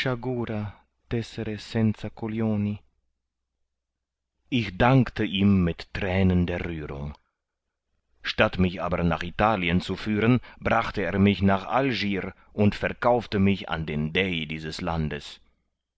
ich dankte ihm mit thränen der rührung statt mich aber nach italien zu führen brachte er mich nach algier und verkaufte mich an den dey dieses landes